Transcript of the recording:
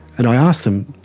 and i asked them,